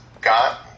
got